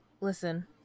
listen